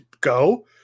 go